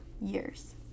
years